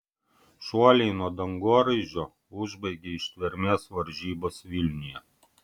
šuoliai nuo dangoraižio užbaigė ištvermės varžybas vilniuje